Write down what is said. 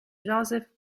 joseph